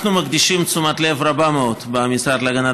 אנחנו מקדישים תשומת לב רבה מאוד במשרד להגנת